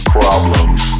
problems